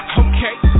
okay